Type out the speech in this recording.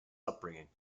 upbringing